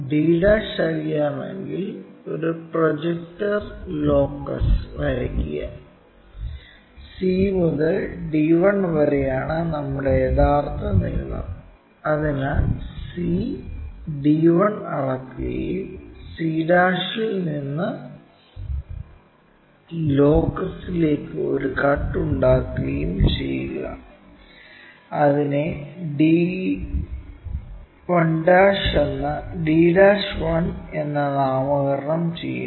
d' അറിയാമെങ്കിൽ ഒരു projector locus വരയ്ക്കുക c മുതൽ d1 വരെയാണ് നമ്മുടെ യഥാർത്ഥ നീളം അതിനാൽ c d1 അളക്കുകയും c'ൽ നിന്ന് ലോക്കസിലേക്ക് ഒരു കട്ട് ഉണ്ടാക്കുകയും ചെയ്യുക അതിനെ d'1 എന്ന് നാമകരണം ചെയ്യാം